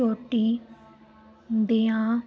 ਚੋਟੀ ਦੀਆਂ